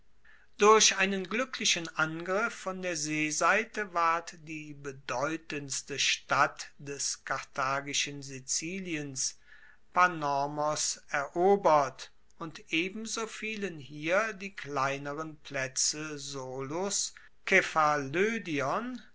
durch einen gluecklichen angriff von der seeseite ward die bedeutendste stadt des karthagischen siziliens panormos erobert und ebenso fielen hier die kleineren plaetze